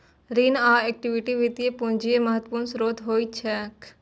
ऋण आ इक्विटी वित्तीय पूंजीक महत्वपूर्ण स्रोत होइत छैक